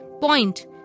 point